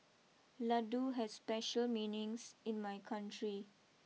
Ladoo has special meanings in my country